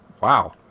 Wow